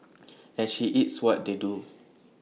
and she eats what they do